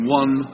one